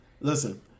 listen